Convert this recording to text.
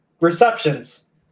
receptions